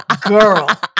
Girl